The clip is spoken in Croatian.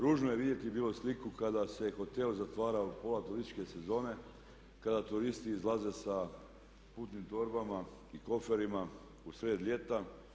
Ružno je vidjeti bilo sliku kada se hotel zatvarao u pola turističke sezone, kada turisti izlaze sa putnim torbama, koferima u sred ljeta.